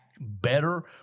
better